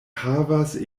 havas